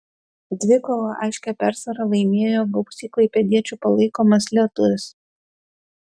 dvikovą aiškia persvara laimėjo gausiai klaipėdiečių palaikomas lietuvis